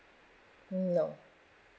no